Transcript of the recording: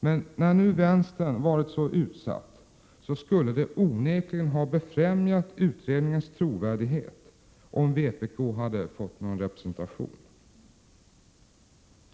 Men när nu vänstern varit så utsatt, skulle det onekligen ha befrämjat utredningens trovärdighet om vpk hade fått representation i utredningen.